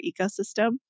ecosystem